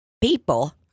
people